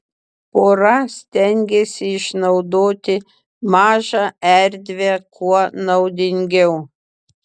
pora stengėsi išnaudoti mažą erdvę kuo naudingiau